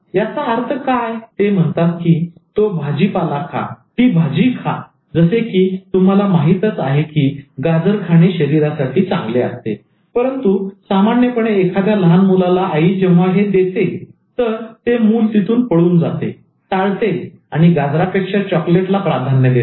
याचा अर्थ काय ते म्हणतात की तो भाजीपाला खा जसे की तुम्हाला माहीतच आहे की गाजर खाणे शरीरासाठी चांगले असते परंतु सामान्यपणे एखाद्या लहान मुलाला आई जेव्हा हे देते तर ते मुल तिथून पळून जाते टाळते आणि गाजरापेक्षा चॉकलेट ला प्राधान्य देते